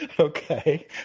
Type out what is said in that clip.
Okay